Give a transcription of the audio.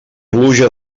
pluja